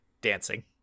dancing